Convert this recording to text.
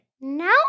No